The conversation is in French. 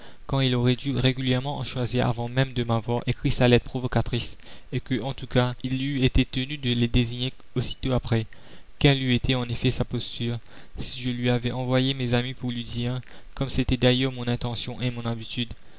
quand il aurait dû régulièrement en choisir avant même de m'avoir écrit sa lettre provocatrice et que en tout cas il eût été tenu de les désigner aussitôt après quelle eût été en effet sa posture si je lui avais envoyé mes amis pour lui dire comme c'était d'ailleurs mon intention et mon habitude